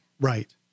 right